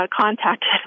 contacted